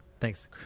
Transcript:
Thanks